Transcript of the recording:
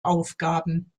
aufgaben